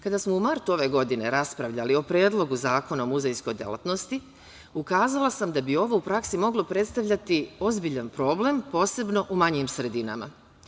Kada smo u martu ove godine raspravljali o Predlogu Zakona o muzejskoj delatnosti, ukazala sam da bi ovo u praksi moglo predstavljati ozbiljan problem, posebno u manjim sredinama.